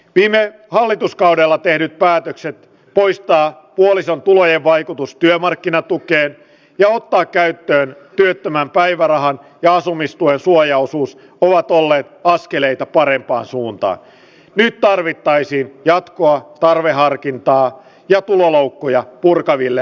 viime hallituskaudella tehdyt päätökset toistaa puolison tulojen vaikutusta työmarkkinatukeen ja ottaa käyttöön työttömän päivärahan ja asumistuen suojaosuus ovat olleet askeleita parempaan suuntaan mihin tarvittaisiin jatkuvaa tarveharkintaa ja tuloloukkuja purkaville